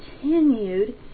continued